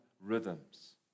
rhythms